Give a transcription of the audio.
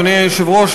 אדוני היושב-ראש,